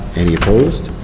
any opposed,